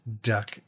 duck